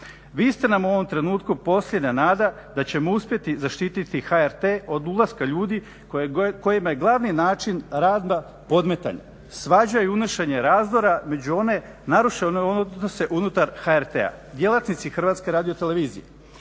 Vi ste nam u ovom trenutku posljednja nada da ćemo uspjeti zaštititi HRT od ulaska ljudi kojima je glavni način rada podmetanje, svađa i unošenje razdora među one narušene odnose unutar HRT-a. Djelatnici Hrvatske radiotelevizije.